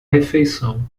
refeição